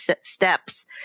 steps